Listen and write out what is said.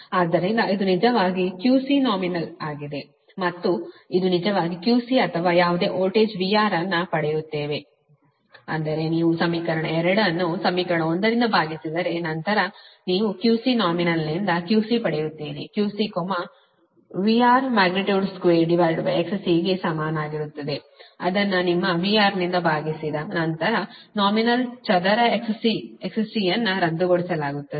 ಆದ್ದರಿಂದ ಇದು ನಿಜವಾಗಿ QC ನಾಮಿನಲ್ ವಾಗಿದೆ ಮತ್ತು ಇದು ನಿಜವಾಗಿ QC ಅಥವಾ ಯಾವುದೇ ವೋಲ್ಟೇಜ್ VR ಅನ್ನು ಪಡೆಯುತ್ತದೆ ಅಂದರೆ ನೀವು ಸಮೀಕರಣ 2 ಅನ್ನು ಸಮೀಕರಣ 1 ರಿಂದ ಭಾಗಿಸಿದರೆ ನಂತರ ನೀವು QC ನಾಮಿನಲ್ನಿಂದ QC ಪಡೆಯುತ್ತೀರಿ XC VR2XCಗೆ ಸಮಾನವಾಗಿರುತ್ತದೆ ಅದನ್ನು ನಿಮ್ಮ VR ನಿಂದ ಭಾಗಿಸಿದ ನಂತರ ನಾಮಿನಲ್ ಚದರ XC XC ಅನ್ನು ರದ್ದುಗೊಳಿಸಲಾಗುತ್ತದೆ